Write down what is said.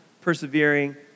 persevering